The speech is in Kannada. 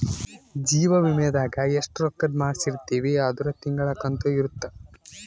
ಜೀವ ವಿಮೆದಾಗ ಎಸ್ಟ ರೊಕ್ಕಧ್ ಮಾಡ್ಸಿರ್ತಿವಿ ಅದುರ್ ತಿಂಗಳ ಕಂತು ಇರುತ್ತ